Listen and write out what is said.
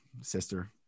sister